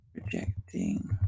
Projecting